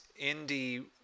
indie